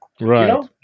Right